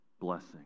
blessing